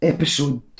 Episode